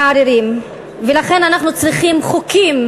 מערערים ולכן אנחנו צריכים חוקים,